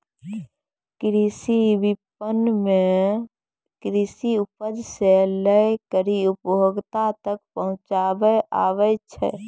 कृषि विपणन मे कृषि उपज से लै करी उपभोक्ता तक पहुचाबै आबै छै